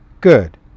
Good